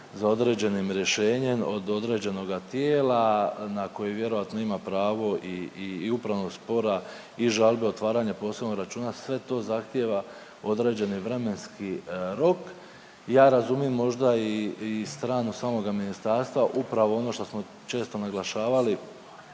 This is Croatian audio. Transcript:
za određenim rješenjem od određenoga tijela na koji vjerojatno ima pravo i upravnog spora i žalbe, otvaranje posebnog računa sve to zahtjeva određeni vremenski rok. Ja razumim možda i stranu samoga ministarstva upravo ono što smo često naglašavali,